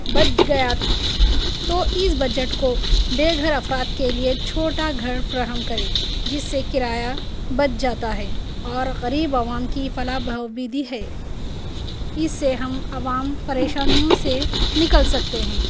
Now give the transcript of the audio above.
بچ گیا تو اِس بجٹ کو بے گھر افراد کے لیے چھوٹا گھر فراہم کرے جس سے کرایہ بچ جاتا ہے اور غریب عوام کی فلاح بہبودی ہے اِس سے ہم عوام پریشانیوں سے نکل سکتے ہیں